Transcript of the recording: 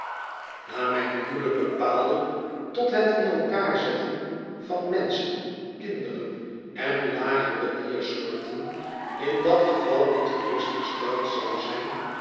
na mijn huwelijk bepaalde tot het in elkaar zetten van menschen kinderen en lagere diersoorten in dat geval niet gerustgesteld zou zijn